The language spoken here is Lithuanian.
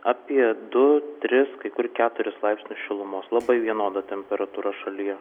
apie du tris kai kur keturis laipsnius šilumos labai vienoda temperatūra šalyje